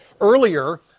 Earlier